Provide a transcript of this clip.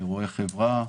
אירועי חברה,